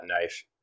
knife